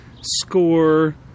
score